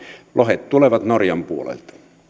lohet tulevat norjan